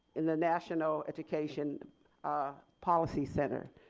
in the national education policy center.